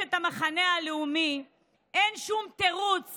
ואשת המחנה הלאומי אין שום תירוץ